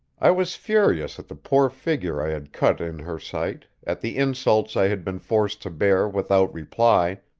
i was furious at the poor figure i had cut in her sight, at the insults i had been forced to bear without reply,